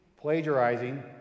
plagiarizing